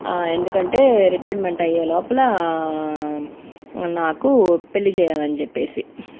ఎందుకంటే రిటైర్మెంట్ అయ్యే లోపల నాకు పెళ్ళి చేయాలని చెప్పేసి